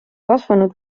kasvanud